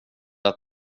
att